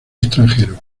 extranjero